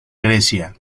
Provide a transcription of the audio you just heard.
grecia